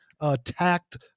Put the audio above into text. attacked